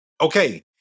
okay